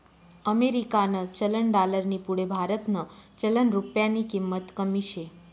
अमेरिकानं चलन डालरनी पुढे भारतनं चलन रुप्यानी किंमत कमी शे